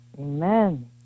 Amen